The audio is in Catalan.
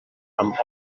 amb